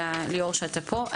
ליאור, תודה שאתה פה.